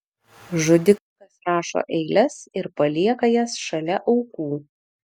žudikas rašo eiles ir palieka jas šalia aukų